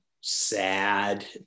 sad